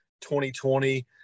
2020